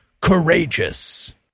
Courageous